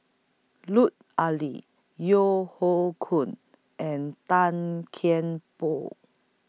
Lut Ali Yeo Hoe Koon and Tan Kian Por